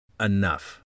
Enough